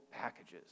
packages